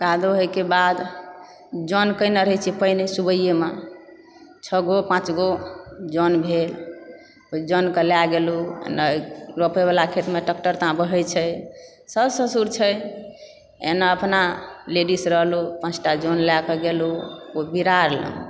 कादो होयके बाद जन कयने रहै छै पहिने सुबहियएमऽ छओ गो पाँच गो जन भेल जन ओ कऽ लऽ गेलु रोपयवला खेतमे ट्रेक्टर तामऽ बहय छै साउस ससुर छै एना अपना लेडीज रहलहुँ पाँचटा जन लयके गेलहुँ ओ बिरार ला